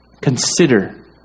consider